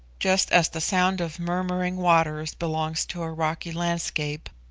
just as the sound of murmuring waters belongs to a rocky landscape,